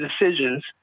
decisions